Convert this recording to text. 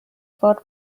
for